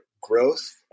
growth